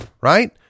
right